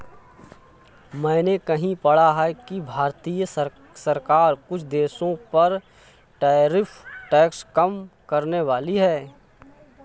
मैंने कहीं पढ़ा है कि भारतीय सरकार कुछ देशों पर टैरिफ टैक्स कम करनेवाली है